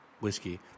whiskey